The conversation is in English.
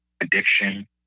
addiction